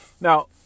Now